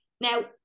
now